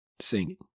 singing